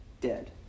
dead